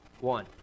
One